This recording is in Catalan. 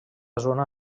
zona